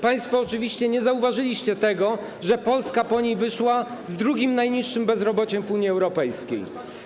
Państwo oczywiście nie zauważyliście tego, że Polska wyszła z niej z drugim najniższym bezrobociem w Unii Europejskiej.